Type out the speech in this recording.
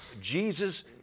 Jesus